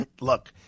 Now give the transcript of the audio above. look